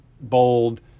bold